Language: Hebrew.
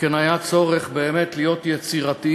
שכן היה צורך באמת להיות יצירתיים